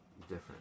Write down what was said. different